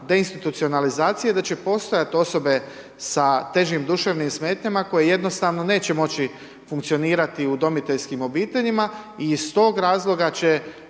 de institunacionalizacije da će postojati osobe sa težim duševnim smetnjama koje jednostavno neće moći funkcionirati u udomiteljskim obiteljima i iz toga razloga će